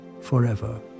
forever